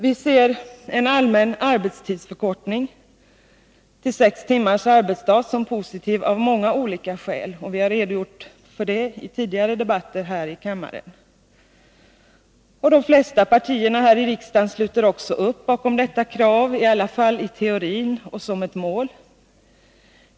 Vi ser en allmän arbetstidsförkortning till sex timmars arbetsdag som positiv av många olika skäl, och vi har redogjort för dem i tidigare debatter här i kammaren. De flesta partierna här i riksdagen sluter också upp bakom detta krav, i alla fall i teorin och som ett mål.